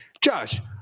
Josh